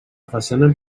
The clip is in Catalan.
façana